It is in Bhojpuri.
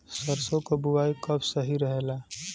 सरसों क बुवाई कब सही रहेला?